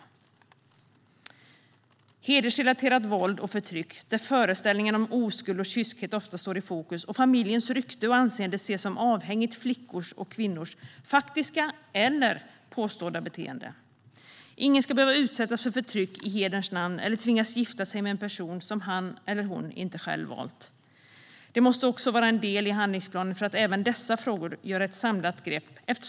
När det gäller hedersrelaterat våld och förtryck står ofta föreställningar om oskuld och kyskhet i fokus, och familjens rykte och anseende ses som avhängigt av flickors och kvinnors faktiska eller påstådda beteende. Ingen ska behöva utsättas för förtryck i hederns namn eller tvingas gifta sig med en person som han eller hon inte själv har valt. Det måste också vara en del i handlingsplanen att även i dessa frågor ta ett samlat grepp.